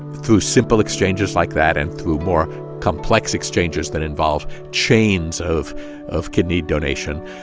through simple exchanges like that and through more complex exchanges that involve chains of of kidney donation,